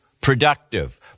productive